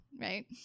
Right